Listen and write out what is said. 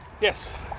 Yes